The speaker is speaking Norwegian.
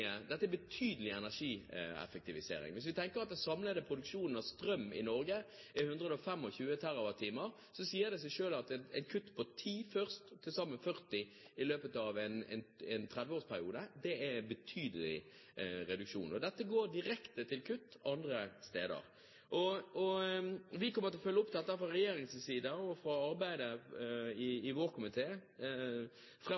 Dette er betydelig energieffektivisering. Hvis vi tenker at den samlede produksjonen av strøm i Norge er 125 TWh, sier det seg selv at et kutt på 10 TWh først og til sammen 40 TWh i løpet av en 30-årsperiode er en betydelig reduksjon. Dette går direkte til kutt andre steder. Vi kommer fra regjeringspartienes side til å følge dette opp i arbeidet i